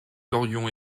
aurions